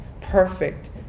perfect